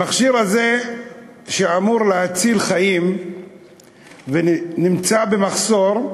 המכשיר הזה אמור להציל חיים ונמצא במחסור,